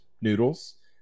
noodles